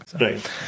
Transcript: Right